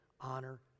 honor